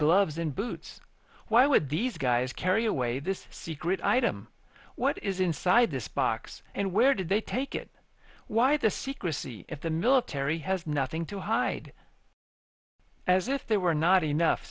gloves and boots why would these guys carry away this secret item what is inside this box and where did they take it why the secrecy if the military has nothing to hide as if there were not enough